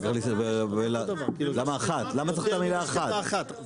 למה צריך את המילה אחת?